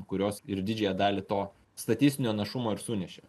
kurios ir didžiąją dalį to statistinio našumo ir sunešė